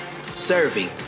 serving